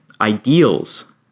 ideals